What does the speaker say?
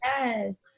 Yes